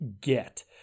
get